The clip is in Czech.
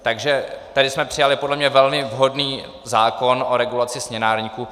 Takže tady jsme přijali podle mě velmi vhodný zákon o regulaci směnárníků.